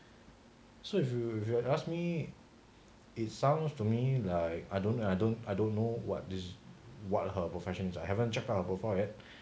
so if you if you ask me it sounds to me like I don't I don't I don't know what this what her is professions I haven't check out her profile yet